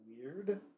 weird